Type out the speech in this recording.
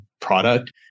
Product